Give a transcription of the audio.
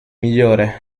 migliore